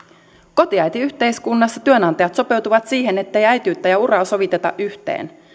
kotiäitiyhteiskunnassa työnantajat sopeutuvat siihen ettei äitiyttä ja uraa soviteta yhteen